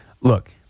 Look